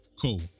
Cool